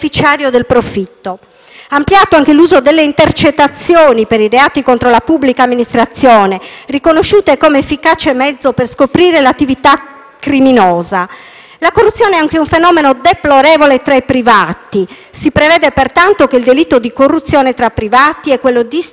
ampliato anche l'uso delle intercettazioni per i reati contro la pubblica amministrazione, riconosciute come efficace mezzo per scoprire l'attività criminosa. Anche la corruzione tra i privati è un fenomeno deplorevole. Si prevede pertanto che il delitto di corruzione tra privati e quello di istigazione alla corruzione siano